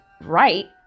right